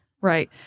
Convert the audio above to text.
Right